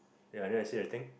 ya then I see the thing